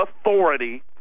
authority